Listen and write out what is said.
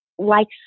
likes